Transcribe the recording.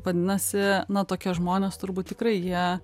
vadinasi na tokie žmonės turbūt tikrai jie